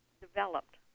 developed